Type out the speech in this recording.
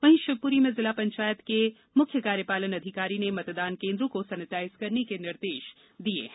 वहीं शिवपुरी में जिला पंचायत के मुख्य कार्यपालन अधिकारी ने मतदान केन्द्रों को सैनेटाइज करने के निर्देश दिये हैं